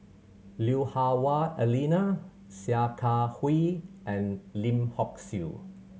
Lui Hah Wah Elena Sia Kah Hui and Lim Hock Siew